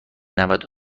نودو